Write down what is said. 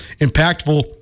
impactful